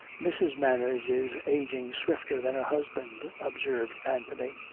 mrs. manners is ageing swifter than her husband, observed anthony.